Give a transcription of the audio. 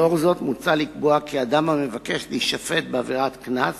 לאור זאת מוצע לקבוע כי אדם המבקש להישפט בעבירת קנס